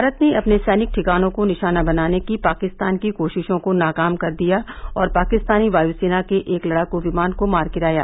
भारत ने अपने सैनिक ठिकानों को निशाना बनाने की पाकिस्तान की कोशिशों को नाकाम कर दिया और पाकिस्तानी वाय्सेना के एक लड़ाकू विमान को मार गिराया